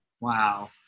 Wow